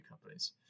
companies